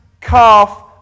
calf